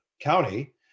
County